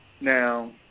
Now